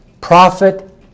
Prophet